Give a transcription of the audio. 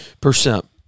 percent